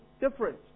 different